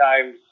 times